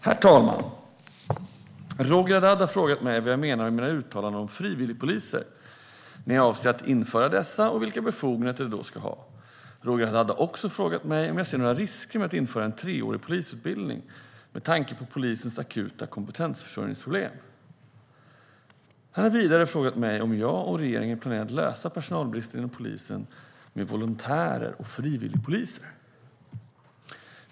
Herr talman! Roger Haddad har frågat mig vad jag menar med mina uttalanden om frivilligpoliser, när jag avser att införa dessa och vilka befogenheter de då ska ha. Roger Haddad har också frågat mig om jag ser några risker med att införa en treårig polisutbildning med tanke på polisens akuta kompetensförsörjningsproblem. Han har vidare frågat mig om jag och regeringen planerar att lösa personalbristen inom polisen med volontärer och frivilligpoliser.